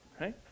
Right